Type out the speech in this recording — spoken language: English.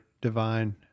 divine